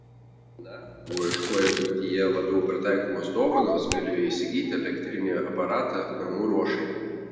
na o ieškoję buityje labiau pritaikomos dovanos galėjo įsigyti elektrinį aparatą namų ruošai